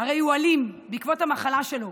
הרי הוא אלים בעקבות המחלה שלו,